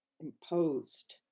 imposed